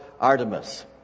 Artemis